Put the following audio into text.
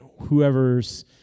whoever's